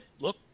look